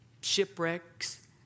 shipwrecks